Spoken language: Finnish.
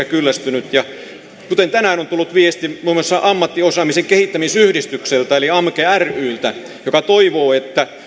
kyllästynyt tänään on tullut viesti muun muassa ammattiosaamisen kehittämisyhdistykseltä eli amke ryltä joka toivoo että